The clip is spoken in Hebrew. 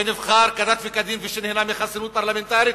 שנבחר כדת וכדין ושנהנה מחסינות פרלמנטרית,